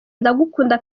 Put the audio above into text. ndagukunda